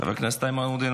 חבר הכנסת איימן עודה,